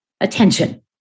attention